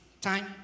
time